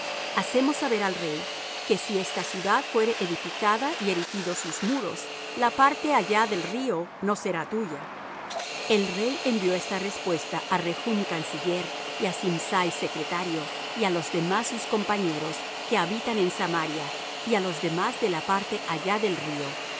hacemos saber al rey que si esta ciudad fuere edificada y erigidos sus muros la parte allá del río no será tuya el rey envió esta respuesta á rehum canciller y á simsai secretario y á los demás sus compañeros que habitan en samaria y á los demás de la parte allá del río paz